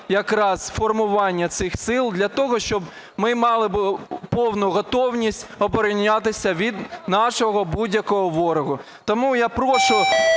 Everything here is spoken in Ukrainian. якраз формування цих сил для того, щоб ми мали повну готовність оборонятися від нашого будь-якого ворога. Тому я прошу